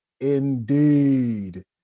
indeed